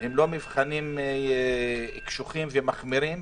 הם לא מבחנים קשוחים ומחמירים.